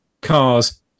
cars